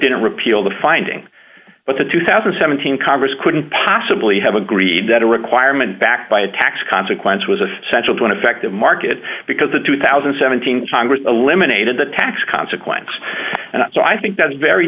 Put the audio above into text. didn't repeal the finding but the two thousand and seventeen congress couldn't possibly have agreed that a requirement backed by a tax consequence was essential to in effect the market because the two thousand and seventeen congress eliminated the tax consequence and so i think that's very